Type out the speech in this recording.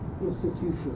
institution